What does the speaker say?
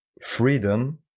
freedom